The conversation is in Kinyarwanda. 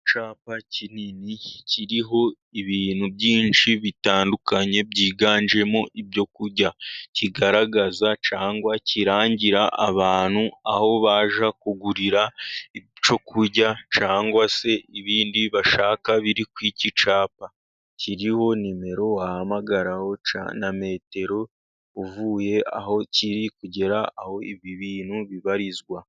Icyampa kinini kiriho ibintu byinshi bitandukanye byiganjemo ibyo kurya, kigaragaza cyangwa kirangira abantu aho bajya kugurira icyo kurya, cyangwa se ibindi bashaka biri ku iki cyapa. Kiriho nimero wahamagara cyangwa na metero uvuye aho kiri kugera aho ibi bintu bibarizwa.